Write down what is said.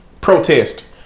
protest